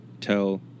tell